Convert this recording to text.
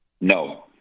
No